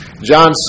John